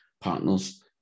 partners